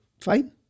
fine